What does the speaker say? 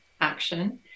action